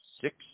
six